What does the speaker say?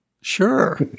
Sure